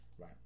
Right